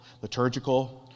liturgical